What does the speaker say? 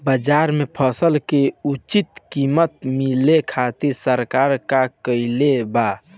बाजार में फसल के उचित कीमत मिले खातिर सरकार का कईले बाऽ?